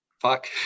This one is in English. fuck